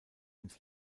ins